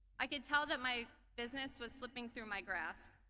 i could tell that my business was slipping through my grasp.